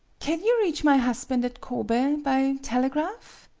can you reach my husband at kobe by telegraph?